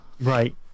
right